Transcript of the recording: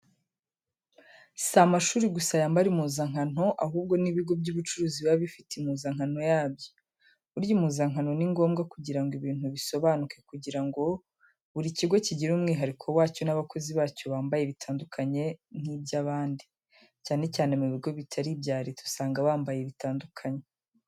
Si amashuri gusa yambara impuzankano, ahubwo n'ibigo by'ubucuruzi biba bifite impuzankano yabyo, burya impuzankano ni ngombwa kugira ngo ibintu bisobanuke kugira ngo buri kigo kigire umwihariko wacyo n'abakozi bacyo bambaye bitandukanye n'iby'abandi, cyane cyane mu bigo bitari ibya leta usanga bambaye bitandukanye.